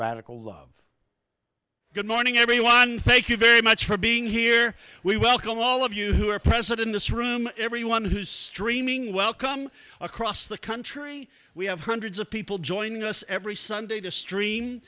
radical love good morning everyone thank you very much for being here we welcome all of you who are present in this room everyone who's streaming well come across the country we have hundreds of people joining us every sunday to stream